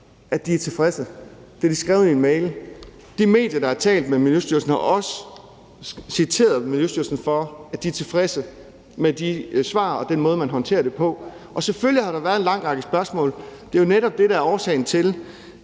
at de er tilfredse. Det har de skrevet i en mail. De medier, der har talt med Miljøstyrelsen, har også citeret Miljøstyrelsen for, at de er tilfredse med de svar og den måde, man håndterer det på. Selvfølgelig har der været en lang række spørgsmål. Det er jo netop det, der er årsagen til,